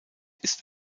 ist